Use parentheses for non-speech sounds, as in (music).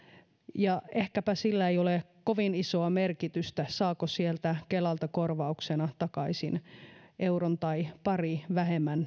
ja ehkäpä sillä ei ole kovin isoa merkitystä saavatko ne jotka yksityisiä palveluja käyttävät kelalta korvauksena takaisin euron tai pari vähemmän (unintelligible)